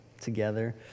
together